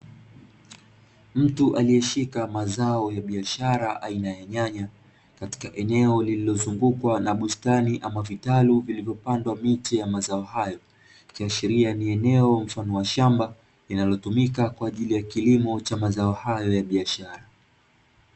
Mtu aliyeshika mazao ya biashara aina ya nyanya katika eneo lililozungukwa na mabustani ama vitalu vilivyopandwa miti ya mazao hayo, ikiashiria ni eneo mfano wa shamba linalotumika kwa ajili ya mazao hayo ya biashara.